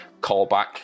callback